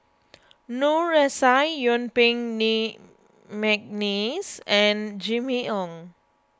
Noor S I Yuen Peng Lee McNeice and Jimmy Ong